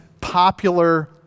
popular